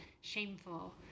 shameful